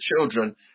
children